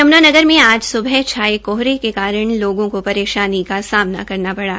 यम्नानगर में आज स्बह छाये कोहरे के कारण लोगों को परेशानी का सामना करना पड़ा